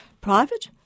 Private